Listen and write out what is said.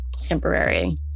temporary